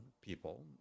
people